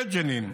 בג'נין,